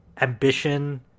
ambition